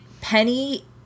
Penny